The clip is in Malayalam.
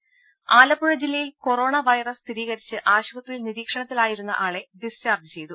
ത ആലപ്പുഴ ജില്ലയിൽ കൊറോണ വൈറസ് സ്ഥിരീകരിച്ച് ആശുപത്രിയിൽ നിരീക്ഷണത്തിലായിരുന്ന ആളെ ഡിസ്ചാർജ്ജ് ചെയ്തു